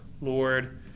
Lord